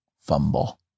fumble